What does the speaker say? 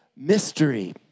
mystery